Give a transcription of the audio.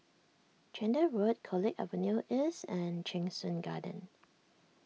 Chander Road College Avenue East and Cheng Soon Garden